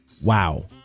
Wow